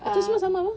tu semua sama [pe]